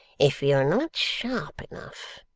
if you're not sharp enough,